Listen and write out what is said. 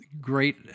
great